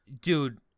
dude